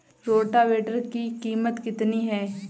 Rotavator की कीमत कितनी है?